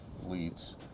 fleet's